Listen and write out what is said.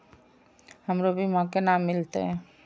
हमरो बीमा केना मिलते?